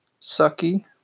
sucky